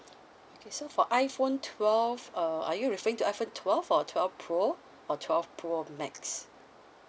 okay so for iphone twelve uh are you referring to iphone twelve or twelve pro or twelve pro max